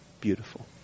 beautiful